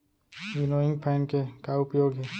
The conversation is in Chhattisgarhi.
विनोइंग फैन के का उपयोग हे?